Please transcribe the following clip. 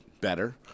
better